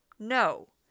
No